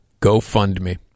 GoFundMe